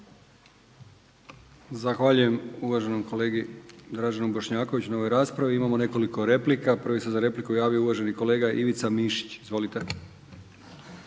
Zahvaljujem uvaženim kolegi Tomislavu Paneniću na raspravi. Imamo nekoliko replika. Prvi se za repliku javio uvaženi kolega Mirando Mrsić. Izvolite.